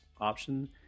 option